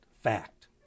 fact